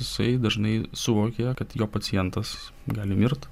jisai dažnai suvokia kad jo pacientas gali mirti